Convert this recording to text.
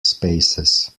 spaces